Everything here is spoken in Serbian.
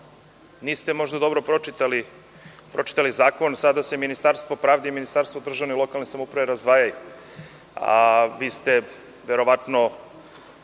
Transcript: niste dobro pročitali zakon. Sada se Ministarstvo pravde i Ministarstvo državne i lokalne samouprave razdvajaju. Verovatno